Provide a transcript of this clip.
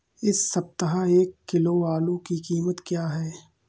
इस सप्ताह एक किलो आलू की कीमत क्या है?